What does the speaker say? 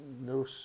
no